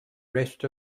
rest